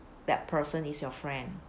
that person is your friend